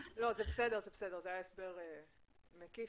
היה הסבר מקיף